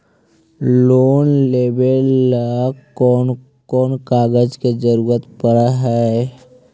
Loan लेबे ल कैन कौन कागज के जरुरत पड़ है?